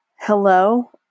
Hello